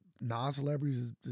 non-celebrities